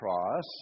cross